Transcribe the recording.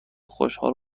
خوشحال